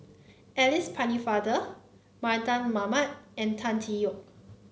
Alice Pennefather Mardan Mamat and Tan Tee Yoke